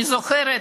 אני זוכרת